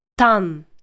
Tan